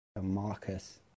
Marcus